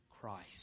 Christ